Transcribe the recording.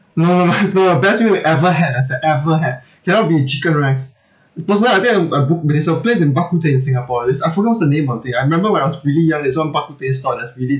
no no the best meal you ever had lester ever had cannot be chicken rice personally I think I I book but there is a place in bak kut teh in singapore it's I forgot what's the name of it I remember when I was really young there's one bak kut teh store that's really